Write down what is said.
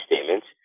statements